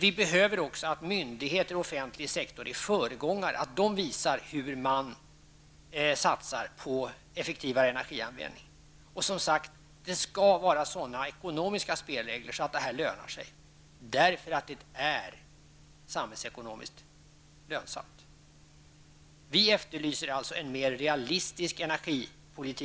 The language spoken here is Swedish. Vidare behöver vi myndigheter och offentlig sektor som föregångare, att de visar hur man satsar på effektivare energianvändning. Och det skall som sagt vara sådana ekonomiska spelregler att effektivare elanvändning lönar sig, därför att det är samhällsekonomiskt lönsamt. Vi efterlyser alltså en mer realistisk energipolitik.